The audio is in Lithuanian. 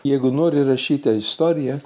jeigu nori rašyti istoriją